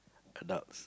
conduct